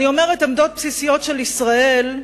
אני אומרת "עמדות בסיסיות של ישראל",